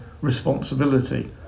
responsibility